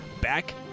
back